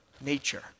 nature